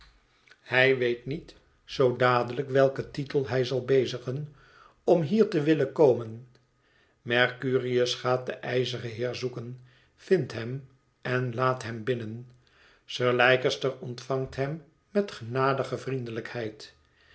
hij weet niet zoo dadelijk welken titel hij zal bezigen om hier te willen komen mercurius gaat deh ijzeren heer zoeken vindt hem en laat hem binnen sir leicester ontvangt hem met genadige vriendelijkheid